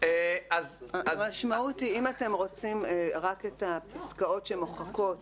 אם אתם רוצים לא לאשר רק את הפסקאות שמוחקות